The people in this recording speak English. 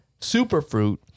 superfruit